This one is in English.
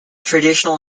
traditional